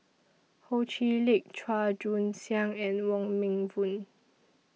Ho Chee Lick Chua Joon Siang and Wong Meng Voon